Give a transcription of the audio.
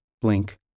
blink